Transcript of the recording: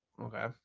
Okay